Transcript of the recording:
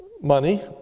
money